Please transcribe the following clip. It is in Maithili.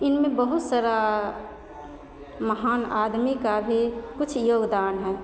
इनमे बहुत तरह महान आदमी का भी किछु योगदान है